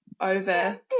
over